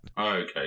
Okay